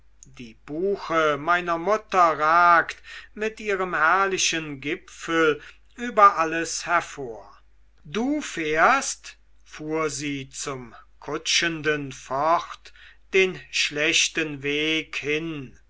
die buche meiner mutter ragt mit ihrem herrlichen gipfel über alles hervor du fährst fuhr sie zum kutschenden fort den schlechten weg hin